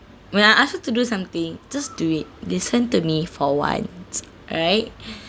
when I ask her to do something just do it listen to me for a while alright